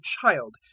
child